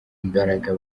imbaraga